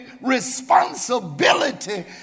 responsibility